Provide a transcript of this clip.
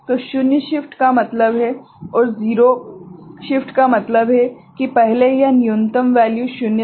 तो शून्य शिफ्ट का मतलब है कि पहले यह न्यूनतम वैल्यू शून्य था